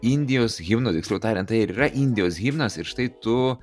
indijos himnu tiksliau tariant tai ir yra indijos himnas ir štai tu